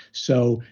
so,